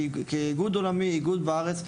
כאיגוד עולמי וכאיגוד בארץ.